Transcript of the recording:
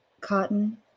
cotton